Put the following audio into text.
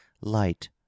light